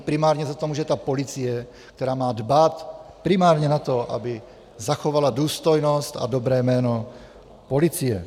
Primárně za to může ta policie, která má dbát primárně na to, aby zachovala důstojnost a dobré jméno policie.